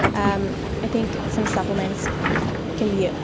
um i think some supplements can be. ah